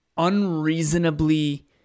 unreasonably